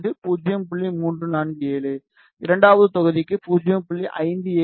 347 இரண்டாவது தொகுதிக்கு 0